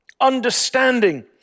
understanding